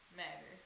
matters